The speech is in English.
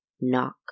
Knock